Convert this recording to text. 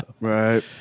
Right